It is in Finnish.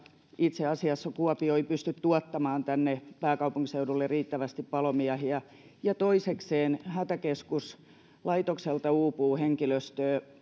itse asiassa kuopio ei pysty tuottamaan tänne pääkaupunkiseudulle riittävästi palomiehiä toisekseen hätäkeskuslaitokselta uupuu henkilöstöä